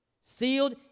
sealed